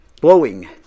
blowing